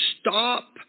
stop